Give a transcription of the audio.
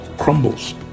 crumbles